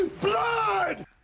blood